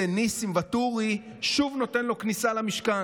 ניסים ואטורי שוב נותן לו כניסה למשכן.